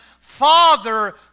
father